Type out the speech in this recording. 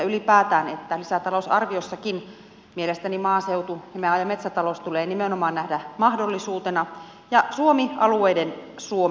ylipäätään lisäta lousarviossakin mielestäni maaseutu ja maa ja metsätalous tulee nimenomaan nähdä mahdollisuutena ja suomi alueiden suomena